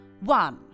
One